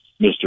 Mr